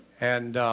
and